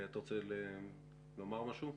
אתה רוצה לומר משהו?